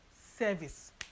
service